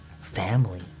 family